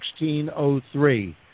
1603